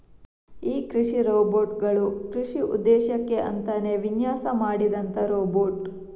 ಈ ಕೃಷಿ ರೋಬೋಟ್ ಗಳು ಕೃಷಿ ಉದ್ದೇಶಕ್ಕೆ ಅಂತಾನೇ ವಿನ್ಯಾಸ ಮಾಡಿದಂತ ರೋಬೋಟ್